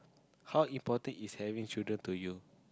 how important is having children to you